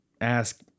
ask